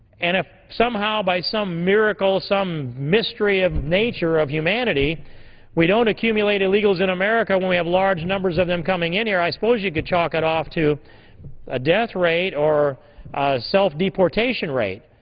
and if somehow by some miracle, some mystery of nature of humanity we don't accumulate illegals in america when we have large numbers of them coming in here, i suppose you can chalk it off to a death rate or self-deportation rate.